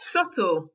Subtle